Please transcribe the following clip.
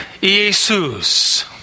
Jesus